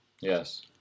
Yes